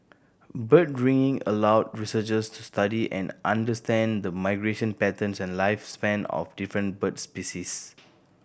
bird ringing allow researchers to study and understand the migration patterns and lifespan of different bird species